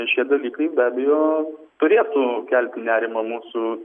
šie dalykai be abejo turėtų kelti nerimą mūsų